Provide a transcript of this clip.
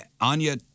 Anya